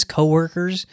coworkers